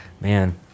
Man